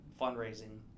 fundraising